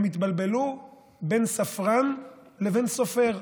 הם התבלבלו בין ספרן לבין סופר.